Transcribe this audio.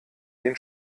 den